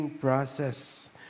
process